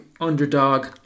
underdog